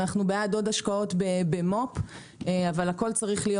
אנחנו בעד עוד השקעות במו"פ אבל הכול צריך להיות